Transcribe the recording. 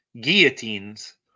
Guillotines